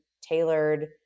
tailored